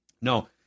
No